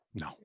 No